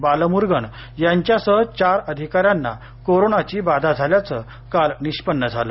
बालमुर्गन यांच्यासह चार अधिकाऱ्यांना कोरोनाची बाधा झाल्याचं काल निष्पन्न झालं